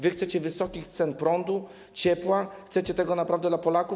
Wy chcecie wysokich cen prądu, ciepła, chcecie tego naprawdę dla Polaków?